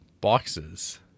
boxes